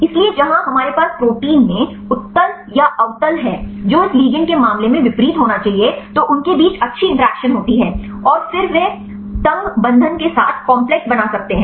इसलिए जहां हमारे पास प्रोटीन में उत्तल या अवतल है जो इस लिगैंड के मामले में विपरीत होना चाहिए तो उनके बीच अच्छी इंटरेक्शन होती है और फिर वे तंग बंधन के साथ काम्प्लेक्स बना सकते हैं